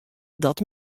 dat